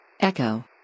Echo